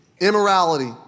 immorality